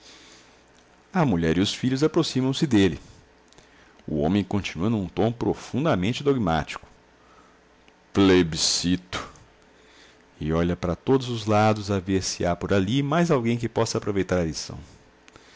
a mulher e os filhos aproximam se dele o homem continua num tom profundamente dogmático plebiscito e olha para todos os lados a ver se há por ali mais alguém que possa aproveitar a lição